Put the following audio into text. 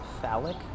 phallic